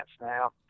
now